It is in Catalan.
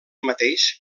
mateix